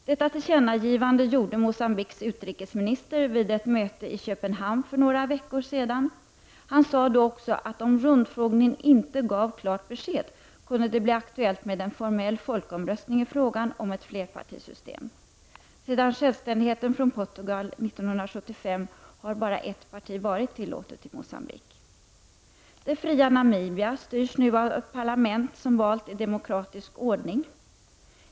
Detta tillkännagivande gjorde Mogambiques utrikesminister vid ett möte i Köpenhamn för några veckor sedan. Han sade då också att om rundfrågningen inte gav klart besked, kunde det bli aktuellt med en formell folkomröstning i frågan om ett flerpartisystem. Sedan självständigheten gentemot Portugal 1975 har bara ett parti varit tillåtet i Mogambique. Det fria Namibia styrs nu av ett parlament som valts i demokratisk ordning.